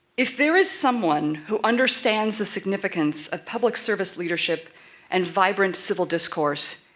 if there is someone who understands the significance of public service leadership and vibrant civil discourse,